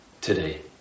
today